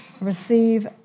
receive